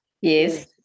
yes